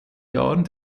jahren